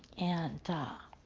and